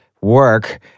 Work